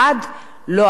ובדרך כלל,